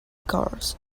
cars